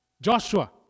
Joshua